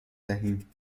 دهیم